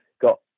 got